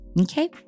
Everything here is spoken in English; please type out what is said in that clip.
Okay